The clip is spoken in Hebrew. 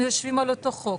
אנחנו יושבים על אותו חוק.